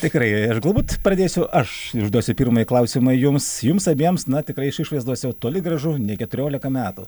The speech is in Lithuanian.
tikrai ir galbūt pradėsiu aš i užduosiu pirmąjį klausimą jums jums abiems na tikrai iš išvaizdos jau toli gražu ne keturiolika metų